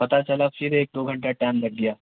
پتہ چلا پھر ایک دو گھنٹہ ٹائم لگ گیا